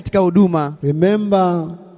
Remember